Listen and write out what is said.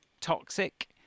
toxic